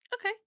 Okay